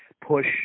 push